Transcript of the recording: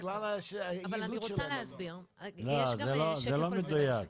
בגלל ה --- לא, זה לא מדויק,